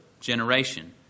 generation